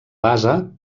base